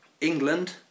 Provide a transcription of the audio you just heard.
England